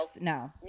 No